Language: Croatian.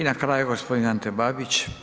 I na kraju g. Ante Babić.